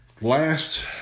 last